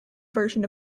version